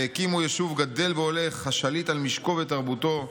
והקימו יישוב גדל והולך השליט על משקו ותרבותו,